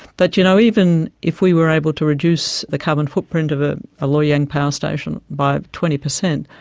but you know, even if we were able to reduce the carbon footprint of a ah loy yang power station by twenty percent,